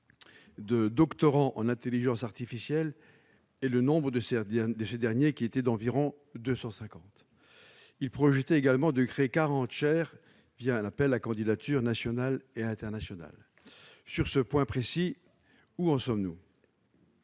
de doctorants en intelligence artificielle et le nombre de ces derniers, qui était d'environ 250. Il projetait également de créer 40 chaires via un appel à candidatures national et international. Sur ce point précis, où en sommes-nous ?